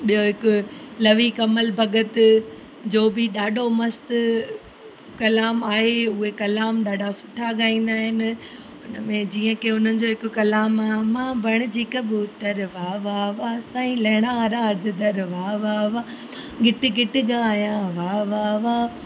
ॿियो हिकु लवी कमल भगत जो बि ॾाढो मस्तु कलाम आहे उहो कलाम ॾाढा सुठा गाईंदा आहिनि हुन में जीअं की हुननि जो कलाम